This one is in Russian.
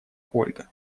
ольга